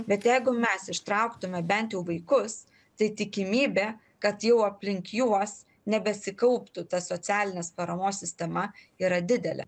bet jeigu mes ištrauktume bent jau vaikus tai tikimybė kad jau aplink juos nebesikauptų ta socialinės paramos sistema yra didelė